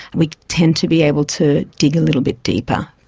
we tend to be able to dig a little bit deeper.